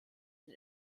den